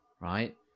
right